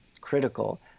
critical